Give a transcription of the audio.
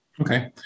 Okay